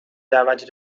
دعوت